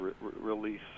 release